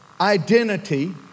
identity